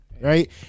right